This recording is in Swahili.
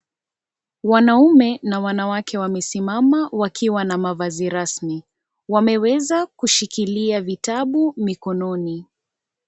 Wanaume na wanawake wamesimama wakiwa na mavazi rasmi , wameweza kushikilia vitabu mikononi.